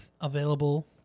available